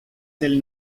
del